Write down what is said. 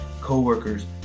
coworkers